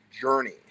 journey